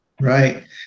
Right